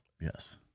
Yes